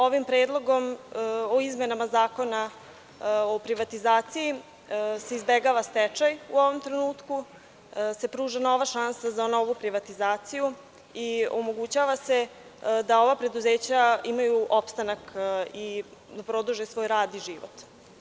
Ovim Predlogom o izmenama Zakona o privatizaciji, se izbegava stečaj, u ovom trenutku se pruža nova šansa za novu privatizaciju i omogućava se da ova preduzeća imaju opstanak i produže svoj rad i život.